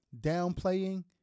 downplaying